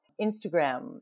Instagram